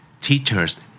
teachers